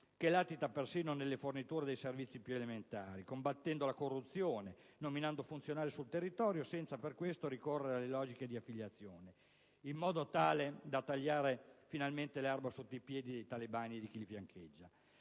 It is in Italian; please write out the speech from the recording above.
che latita persino nelle forniture dei servizi più elementari, combattendo la corruzione, nominando funzionari sul territorio, senza per questo ricorrere alle logiche di affiliazione, in modo tale da tagliare finalmente l'erba sotto i piedi ai talebani e a chi li fiancheggia.